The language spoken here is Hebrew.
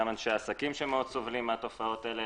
גם אנשי עסקים שמאוד סובלים מהתופעות האלה.